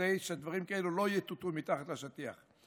כדי שדברים כאלה לא יטואטאו מתחת לשטיח.